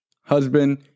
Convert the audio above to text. husband